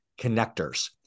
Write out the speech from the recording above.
connectors